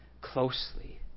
closely